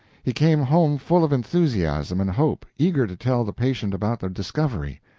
he came home full of enthusiasm and hope, eager to tell the patient about the discovery.